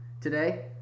today